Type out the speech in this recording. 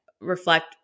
reflect